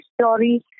story